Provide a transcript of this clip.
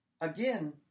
again